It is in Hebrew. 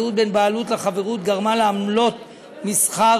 הזהות בין בעלות לחברות גרמה לעמלות מסחר